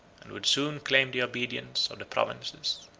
and would soon claim the obedience of the provinces.